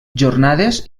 jornades